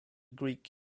greek